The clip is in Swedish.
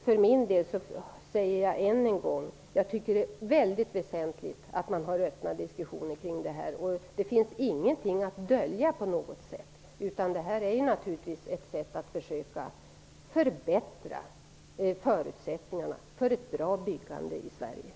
För min del vill jag än en gång säga att det är högst väsentligt att föra öppna diskussioner om detta. Det finns ingenting att dölja, och detta är naturligtvis ett sätt att försöka förbättra förutsättningarna för ett bra byggande i Sverige.